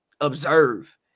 observe